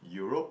Europe